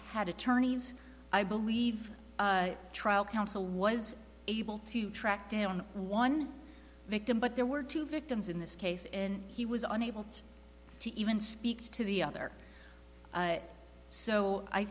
had attorneys i believe trial counsel was able to track down one victim but there were two victims in this case and he was unable to even speak to the other so i